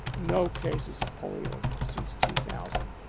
no cases of polio since two thousand.